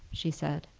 she said.